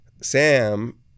Sam